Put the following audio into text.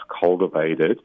cultivated